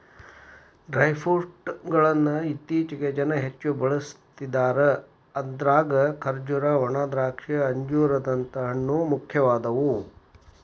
dry fruit ಗಳ್ಳನ್ನ ಇತ್ತೇಚಿಗೆ ಜನ ಹೆಚ್ಚ ಬಳಸ್ತಿದಾರ ಅದ್ರಾಗ ಖರ್ಜೂರ, ಒಣದ್ರಾಕ್ಷಿ, ಅಂಜೂರದ ಹಣ್ಣು, ಮುಖ್ಯವಾದವು